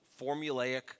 formulaic